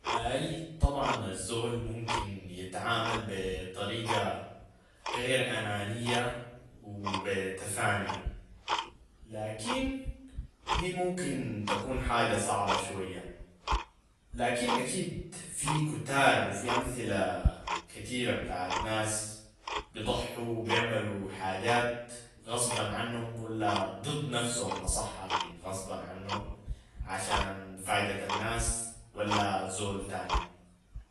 اي طبعا الزول ممكن يتعامل بي طريقة غير انانية و بي تفاني، لكن هي ممكن تكون حاجة صعبة شويةأ لكن أكيد في كتار و في أمثلة كتيرة بتاعت ناس بضحوا و بيعملوا حاجات غصبا عنهم ولا ضد نفسهم أصح من غصبا عنهم عشان فايدة الناس ولا زول تاني.